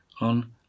on